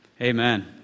Amen